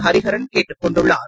ஹரிஹரன் கேட்டுக் கொண்டுள்ளார்